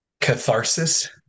catharsis